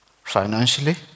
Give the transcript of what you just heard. financially